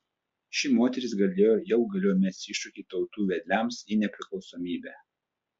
ši moteris galėjo jau galėjo mesti iššūkį tautų vedliams į nepriklausomybę